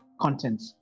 content